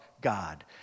God